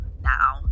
now